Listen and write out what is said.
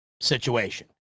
situation